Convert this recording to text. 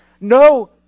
No